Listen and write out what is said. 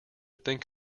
think